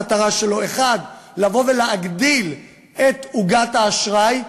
המטרה שלו: 1. לבוא ולהגדיל את עוגת האשראי,